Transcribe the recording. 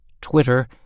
Twitter